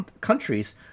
countries